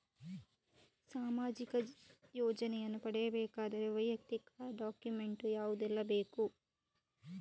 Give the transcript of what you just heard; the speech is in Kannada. ಸಾಮಾಜಿಕ ಯೋಜನೆಯನ್ನು ಪಡೆಯಬೇಕಾದರೆ ವೈಯಕ್ತಿಕ ಡಾಕ್ಯುಮೆಂಟ್ ಯಾವುದೆಲ್ಲ ಬೇಕು?